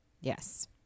Yes